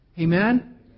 Amen